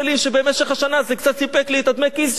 ובמשך השנה זה קצת סיפק לי את דמי הכיס שלי.